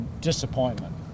Disappointment